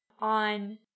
on